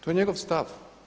To je njegov stav.